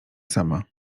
sama